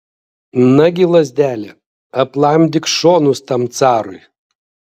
nagi lazdele aplamdyk šonus tam carui